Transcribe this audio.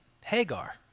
Hagar